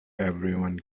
everyone